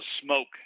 smoke